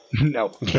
No